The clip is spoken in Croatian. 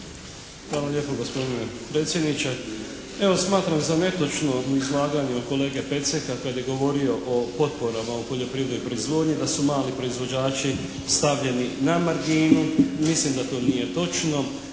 Hvala lijepo gospodine predsjedniče. Evo smatram za netočno u izlaganju kolege Peceka kad je govorio o potporama u poljoprivrednoj proizvodnji, da su mali proizvođači stavljeni na marginu. Mislim da to nije točno,